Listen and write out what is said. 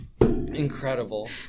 Incredible